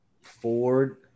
ford